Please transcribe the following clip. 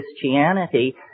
Christianity